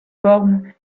forme